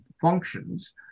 functions